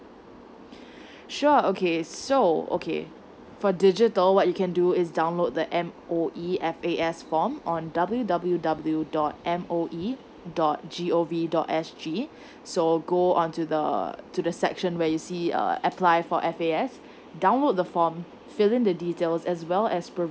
sure okay so okay for digital what you can do is download the M_O_E F_A_S form on W W W dot M O E dot G O V dot S G so go on to the to the section where you see uh apply for F_A_S download the form fill in the details as well as